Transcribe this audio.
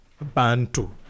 Bantu